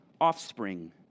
offspring